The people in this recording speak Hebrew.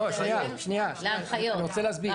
לא, שנייה, אני רוצה להסביר.